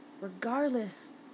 Regardless